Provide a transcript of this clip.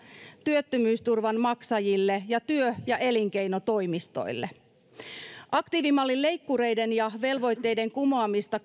työttömyysturvan maksajille ja työ ja elinkeinotoimistoille aktiivimallin leikkureiden ja velvoitteiden kumoamista